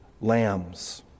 lambs